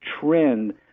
trend